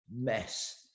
mess